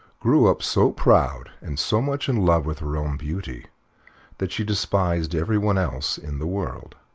grew up so proud and so much in love with her own beauty that she despised everyone else in the world.